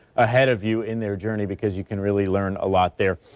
ahead of you in their journey because you can really learn a lot there.